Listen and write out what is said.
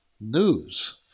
News